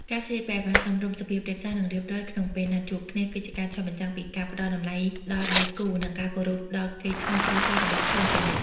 ការស្លៀកពាក់ឱ្យបានសមរម្យ សុភាពរាបសារ និងរៀបរយក្នុងពេលណាត់ជួបគ្នា គឺជាការឆ្លុះបញ្ចាំងពីការផ្ដល់តម្លៃដល់ដៃគូ និងការគោរពដល់កេរ្តិ៍ឈ្មោះគ្រួសាររបស់ខ្លួនជានិច្ច។